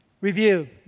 Review